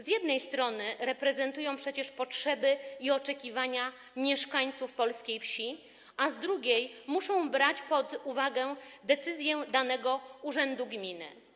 Z jednej strony reprezentują przecież potrzeby i oczekiwania mieszkańców polskiej wsi, a z drugiej muszą brać pod uwagę decyzję danego urzędu gminy.